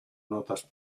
notas